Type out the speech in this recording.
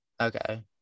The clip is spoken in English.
Okay